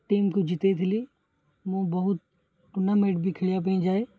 ଟିମ୍କୁ ଜିତାଇଥିଲି ମୁଁ ବହୁତ ଟୁର୍ଣ୍ଣାମେଣ୍ଟ ବି ଖେଳିବା ପାଇଁ ଯାଏ